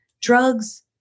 drugs